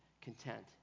content